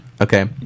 Okay